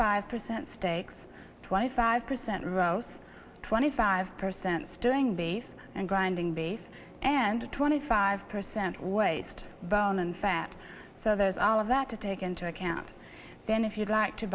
five percent steaks twenty five percent rose twenty five percent stewing beef and grinding bass and twenty five percent waste and fat so there's all of that to take into account then if you'd like to